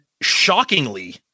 shockingly